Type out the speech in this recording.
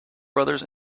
brothers